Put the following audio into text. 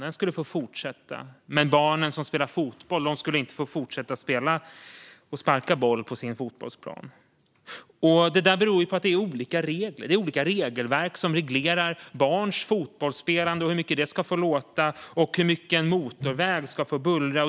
Den skulle få fortsätta finnas, men barnen som spelade fotboll skulle inte få fortsätta att sparka boll på sin fotbollsplan. Detta beror på att det är olika regler. Det är olika regelverk som reglerar barns fotbollsspelande och hur mycket det får låta och hur mycket en motorväg får bullra.